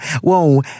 Whoa